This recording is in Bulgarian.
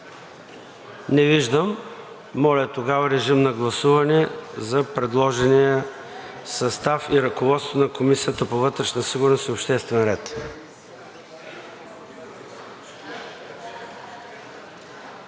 Не виждам. Режим на гласуване за предложения състав и ръководство на Комисията по вътрешна сигурност и обществен ред.